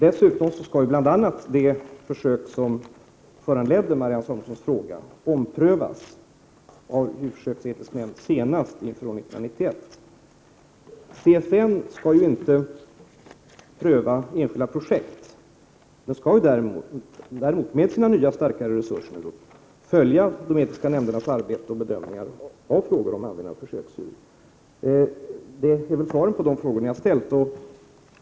Dessutom skall bl.a. de försök som föranledde Marianne Samuelssons fråga omprövas av en djurförsöksetisk nämnd senast inför år 1991. CFN skall inte pröva enskilda projekt. Däremot skall nämnden, med sina nya förstärkta resurser, följa de etiska nämndernas arbete och bedömningar av frågor om allmänna djurförsök. Det är svaret på de frågor ni har ställt.